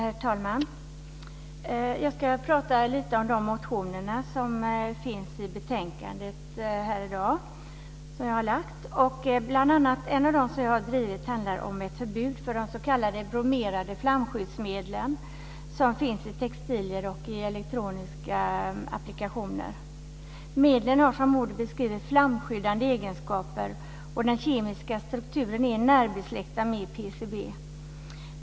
Herr talman! Jag ska prata lite om de motioner som jag har väckt och som behandlas i det här betänkandet. Ett av de motionskrav som jag har drivit handlar om förbud beträffande s.k. bromerade flamskyddsmedel som finns i textilier och elektroniska applikationer. Medlen har, som ordet beskriver, flamskyddande egenskaper och den kemiska strukturen är närbesläktad med PCB.